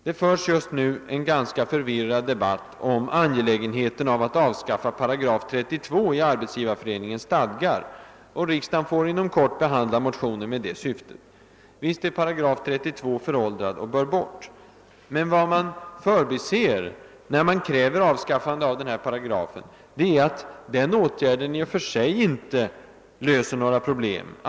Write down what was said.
Det förs just nu en ganska förvirrad debatt om angelägenheten av att avskaffa § 32 i Arbetsgivareföreningens stadgar. Riksdagen får inom kort behandla motioner med det syftet. Visst är 8 32 föråldrad och bör bort. Men vad man förbiser, när man kräver avskaffande av denna paragraf, är att denna åtgärd i och för sig inte löser några problem.